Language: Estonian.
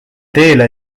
teele